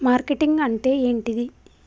Marketing అంటే ఏంటిది?